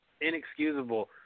Inexcusable